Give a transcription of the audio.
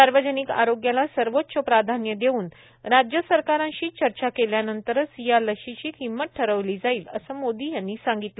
सार्वजनिक आरोग्याला सर्वोच्च प्राधान्य देऊन राज्यसरकारांशी चर्चा केल्यानंतरच या लशीची किंमत ठरवली जाईल असं मोदी यांनी सांगितलं